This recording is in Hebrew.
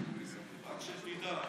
רק שתדע.